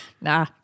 Nah